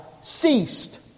ceased